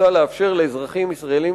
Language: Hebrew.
הממשלה הזאת רוצה לאפשר לאזרחים ישראלים